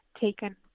taken